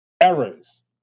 errors